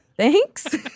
Thanks